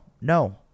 no